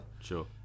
Sure